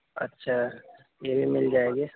اچھا یہ بھی مِل جائیں گے